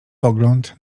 pogląd